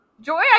joy